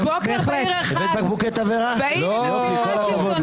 --- הגדולה ביותר במינוי שופטים.